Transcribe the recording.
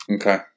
Okay